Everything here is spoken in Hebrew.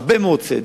הרבה מאוד סדר,